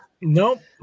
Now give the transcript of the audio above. Nope